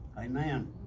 Amen